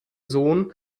sohn